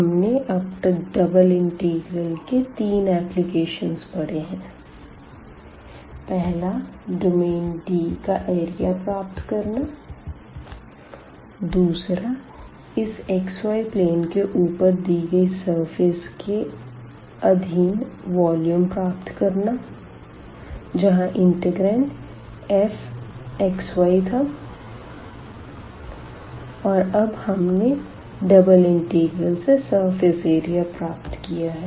हमने अब तक डबल इंटीग्रल के तीन एप्लिकेशन पढ़े है पहला डोमेन D का एरिया प्राप्त करना दूसरा इस xy प्लेन के ऊपर दी गई सरफेस के अधीन आयतन प्राप्त करना जहाँ इंटिग्रांड fx yथा और अब हमने डबल इंटीग्रल से सरफेस एरिया प्राप्त किया है